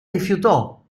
rifiutò